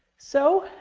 so,